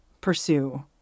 pursue